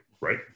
right